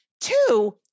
Two